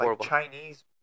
Chinese